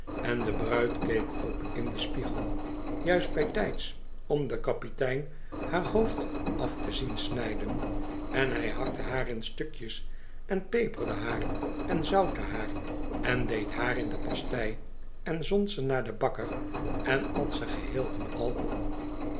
en de bruid keek op in den spiegel juist bijtijds om den kapitein haar hoofd af te zien snijden en hij hakte haar in stukjes en peperde haar en zoutte haar en deed haar in de pastei en zond ze naar den bakker en at ze geheel en al op